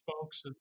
folks